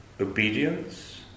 obedience